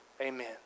Amen